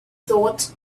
thought